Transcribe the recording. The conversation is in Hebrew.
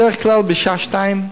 בדרך כלל בשעה 14:00,